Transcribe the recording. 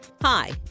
Hi